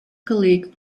colleague